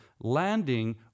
landing